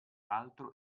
altro